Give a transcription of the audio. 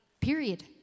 Period